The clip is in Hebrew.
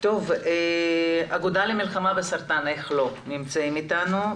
האגודה למלחמה בסרטן נמצאים איתנו,